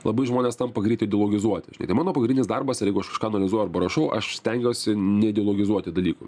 labai žmonės tampa greit ideologizuoti mano pagrindinis darbas yra jeigu aš kažką analizuoju arba rašau aš stengiuosi neideologizuoti dalykų